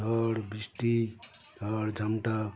ঝড় বৃষ্টি ঝড় ঝাপটা